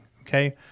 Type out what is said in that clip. Okay